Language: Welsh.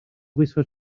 gwisgo